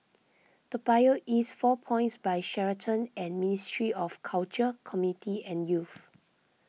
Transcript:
Toa Payoh East four Points By Sheraton and Ministry of Culture Community and Youth